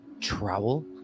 trowel